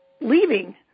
leaving